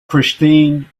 christine